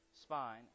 spine